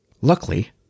Luckily